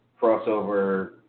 crossover